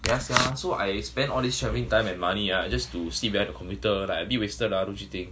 yeah sia so I spend all these travelling time and money ah just to sit there at the computer like a bit wasted ah don't you think